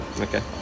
Okay